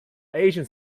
agent